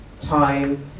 time